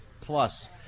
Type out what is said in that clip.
plus